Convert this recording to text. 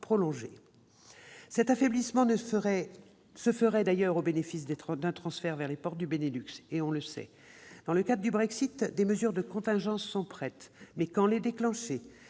cet affaiblissement se ferait au bénéfice d'un transfert vers les ports du Benelux. Dans le cadre du Brexit, des mesures de contingence sont prêtes. Mais quand les déclencher ?